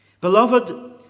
Beloved